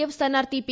F സ്ഥാനാർഥി P